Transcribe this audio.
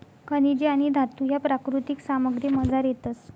खनिजे आणि धातू ह्या प्राकृतिक सामग्रीमझार येतस